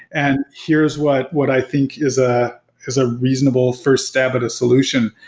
and here's what what i think is ah is a reasonable first stab at a solution.